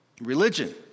Religion